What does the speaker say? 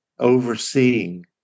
overseeing